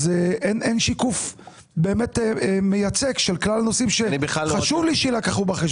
אז אין שיקוף באמת מייצג של כלל הנושאים שחשוב לי שיילקחו בחשבון.